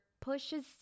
pushes